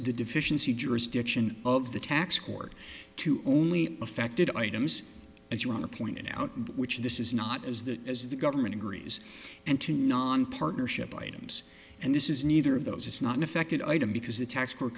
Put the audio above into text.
the deficiency jurisdiction of the tax court to only affected items as you want to point out which this is not as the as the government agrees and two non partnership items and this is neither of those is not affected item because the t